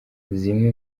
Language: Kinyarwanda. zimwe